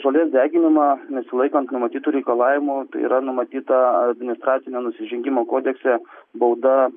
žolės deginimą nesilaikant numatytų reikalavimų tai yra numatyta administracinio nusižengimo kodekse bauda